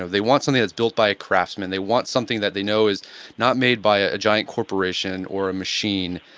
ah they want something that's build by a craftsman, they want something that they know is not made by ah a giant corporation or a machine,